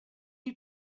you